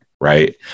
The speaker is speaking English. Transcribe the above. right